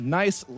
nice